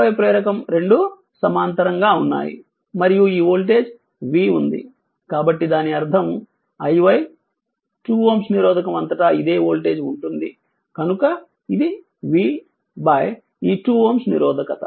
5 ప్రేరకం రెండూ సమాంతరంగా ఉన్నాయి మరియు ఈ వోల్టేజ్ v ఉంది కాబట్టి దాని అర్థం Iy 2Ω నిరోధకం అంతటా ఇదే వోల్టేజ్ ఉంటుంది కనుక ఇది V ఈ 2Ω నిరోధకత